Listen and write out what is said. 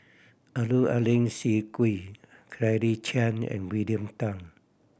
Abdul Aleem Siddique Claire Chiang and William Tan